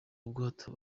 ubwato